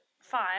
five